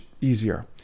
easier